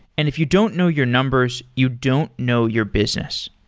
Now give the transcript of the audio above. and if you don't know your numbers, you don't know your business.